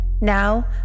Now